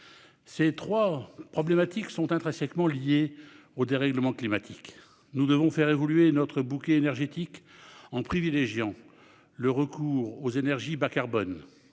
Ces trois problématiques sont intrinsèquement liées au dérèglement climatique. Nous devons faire évoluer notre bouquet énergétique en privilégiant le recours aux énergies bas-carbone.